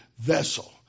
vessel